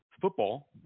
football